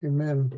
Amen